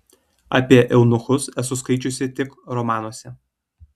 apie eunuchus esu skaičiusi tik romanuose